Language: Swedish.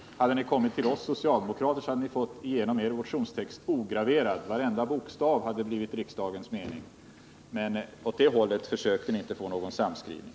Hade ni kommit till oss socialdemokrater, så hade ni fått igenom er motionstext ograverad — varenda bokstav hade blivit riksdagens mening. Men på det hållet försökte ni inte få någon sammanskrivning.